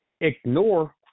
ignore